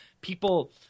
people